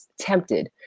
tempted